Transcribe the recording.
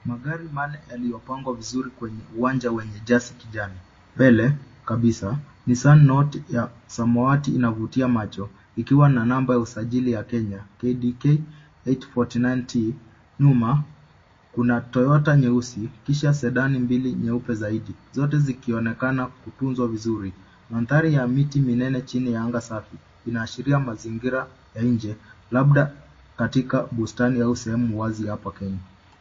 Magari manne yaliwapangwa vizuri kwenye uwanja wenye jasi kijani. Mbele kabisa Nissan Note ya samawati inavutia macho ikiwa na namba usajili ya Kenya, KDK 849T. Nyuma kuna Toyota nyeusi kisha Sedan mbili nyeupe zaidi. Zote zikionekana kutunzwa vizuri. Mandhari ya miti minene chini ya anga safi ina ashiria mazingira ya inje labda katika bustani au sehemu wazi hapa Kenya.